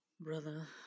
Brother